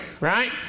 right